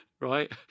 right